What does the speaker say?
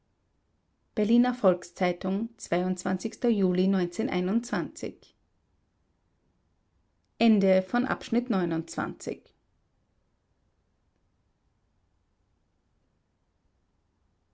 berliner volks-zeitung juli